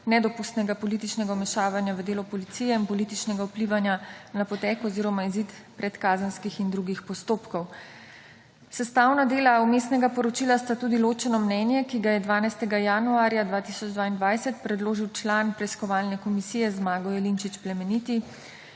nedopustnega političnega vmešavanja v delo policije in političnega vplivanja na potek oziroma izid predkazenskih in drugih postopkov. Sestavna dela vmesnega poročila sta tudi ločeno mnenje, ki ga je 12. januarja 2022 predložil član preiskovalne komisije Zmago Jelinčič Plemeniti